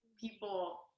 people